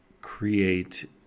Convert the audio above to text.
create